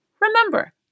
Remember